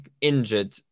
injured